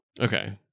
Okay